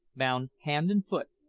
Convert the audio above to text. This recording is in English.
bound hand and foot,